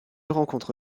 rencontre